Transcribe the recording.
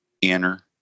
inner